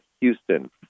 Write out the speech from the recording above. Houston